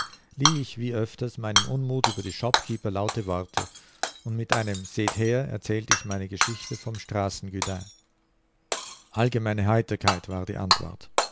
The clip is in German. lieh ich wie öfters meinem unmut über die shop keeper laute worte und mit einem seht her erzählt ich meine geschichte vom straßen guddin allgemeine heiterkeit war die antwort